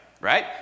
right